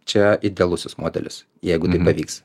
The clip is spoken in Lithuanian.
čia idealusis modelis jeigu jinai nepavyks